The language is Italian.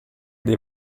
dei